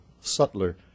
subtler